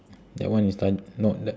that one is ta~ no that